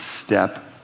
Step